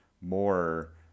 more